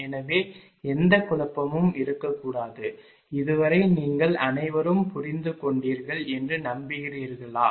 எனவே எந்த குழப்பமும் இருக்கக் கூடாது இது வரை நீங்கள் அனைவரும் புரிந்து கொண்டீர்கள் என்று நம்புகிறீர்களா